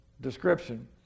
description